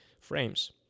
frames